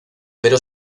pero